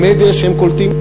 במדיה שהם קולטים,